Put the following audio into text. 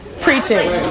preaching